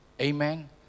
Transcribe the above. Amen